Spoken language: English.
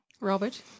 Robert